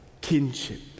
kinship